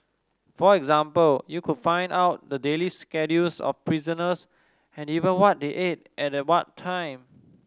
for example you could find out the daily schedules of prisoners and even what they ate at what time